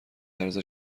عرضه